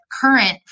current